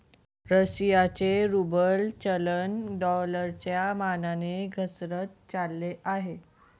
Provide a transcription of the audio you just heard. रशियाचे रूबल चलन डॉलरच्या मानाने घसरत चालले आहे